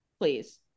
Please